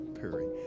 Perry